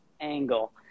angle